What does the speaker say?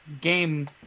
game